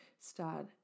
start